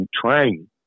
trying